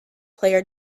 player